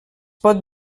pot